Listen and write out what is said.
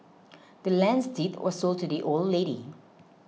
the land's deed were sold to the old lady